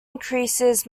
increases